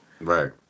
Right